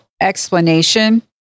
explanation